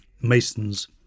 mason's